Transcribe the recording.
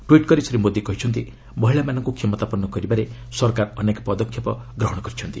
tweet କରି ଶ୍ରୀ ମୋଦି କହିଛନ୍ତି ମହିଳାମାନଙ୍କୁ କ୍ଷମତାପନ୍ନ କରିବାରେ ସରକାର ଅନେକ ପଦକ୍ଷେପ ଗ୍ରହଣ କରିଛନ୍ତି